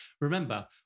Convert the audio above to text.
Remember